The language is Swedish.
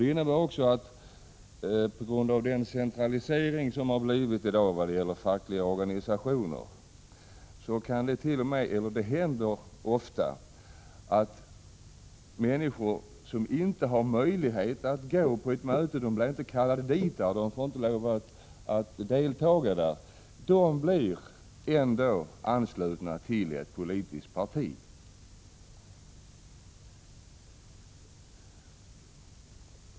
Det innebär också, på grund av dagens centralisering av fackliga organisationer, att det ofta händer att människor som inte har möjlighet att gå på ett möte, som inte blir kallade dit och inte får lov att delta, ändå blir anslutna till ett politiskt parti.